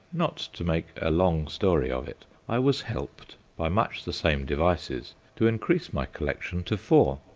not to make a long story of it, i was helped by much the same devices to increase my collection to four.